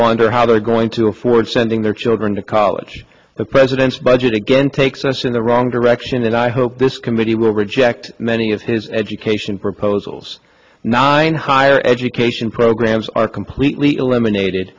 or how they are going to afford sending their children to college the president's budget again takes us in the wrong direction and i hope this committee will reject many of his education proposals nine higher education programs are completely eliminated